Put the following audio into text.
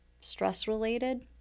stress-related